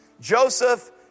Joseph